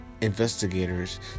investigators